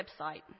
website